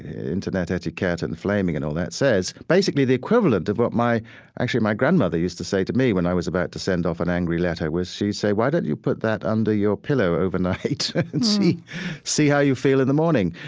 internet etiquette and flaming and all that says basically the equivalent of what my actually what my grandmother used to say to me when i was about to send off an angry letter. she'd say, why don't you put that under your pillow overnight and see see how you feel in the morning?